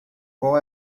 qual